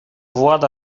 włada